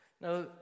Now